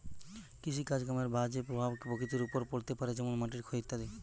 কৃষিকাজ কামের বাজে প্রভাব প্রকৃতির ওপর পড়তে পারে যেমন মাটির ক্ষয় ইত্যাদি